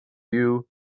you